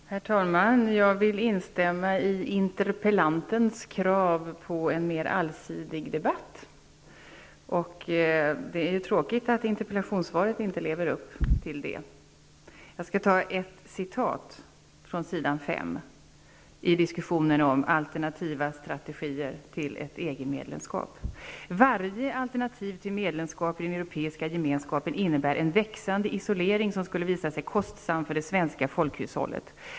Herr talman! Jag vill instämma i interpellantens krav på en mera allsidig debatt. Det är tråkigt att interpellationssvaret inte lever upp till det. I ''varje alternativ till medlemskap i den europeiska gemenskapen innebär en växande isolering som skulle visa sig kostsam för det svenska folkhushållet.